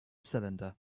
cylinder